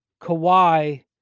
Kawhi